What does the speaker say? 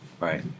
Right